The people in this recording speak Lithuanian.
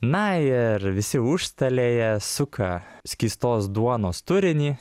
na ir visi užstalėje suka skystos duonos turinį